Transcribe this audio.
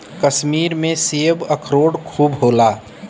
कश्मीर में सेब, अखरोट खूब होला